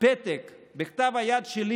פתק בכתב היד שלי,